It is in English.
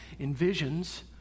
envisions